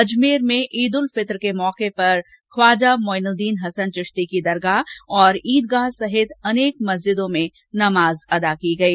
अजमेर में ईद उल फितर के मौके पर ख्वाजा मोइनुद्दीन हसन चिश्ती की दरगाह और ईदगाह सहित अनेक मस्जिदों में नमाज अदा की गई